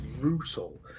brutal